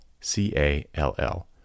C-A-L-L